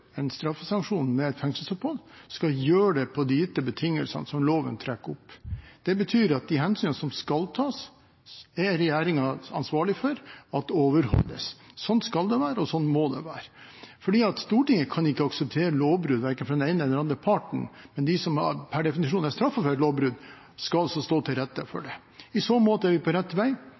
en straffesanksjon gjennom et fengselsopphold, skal gjøre det på de gitte betingelsene som loven trekker opp. Det betyr at de hensynene som skal tas, er regjeringen ansvarlig for at overholdes. Slik skal det være, og slik må det være. Stortinget kan ikke akseptere lovbrudd fra verken den ene eller den andre parten, men de som per definisjon er straffet for et lovbrudd, skal altså stå til rette for det lovbruddet. I så måte er vi på rett vei.